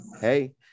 hey